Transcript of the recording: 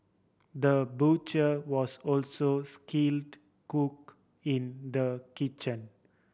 the butcher was also skilled cook in the kitchen